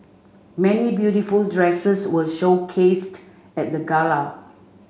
many beautiful dresses were showcased at the gala